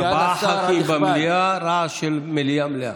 ארבעה ח"כים במליאה, רעש של מליאה מלאה.